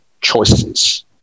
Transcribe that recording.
choices